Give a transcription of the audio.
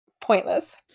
pointless